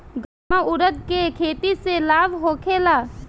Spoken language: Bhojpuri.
गर्मा उरद के खेती से लाभ होखे ला?